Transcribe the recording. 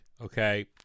Okay